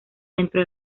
dentro